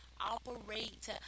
Operate